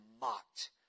mocked